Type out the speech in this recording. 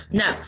no